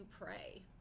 pray